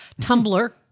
Tumblr